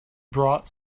brought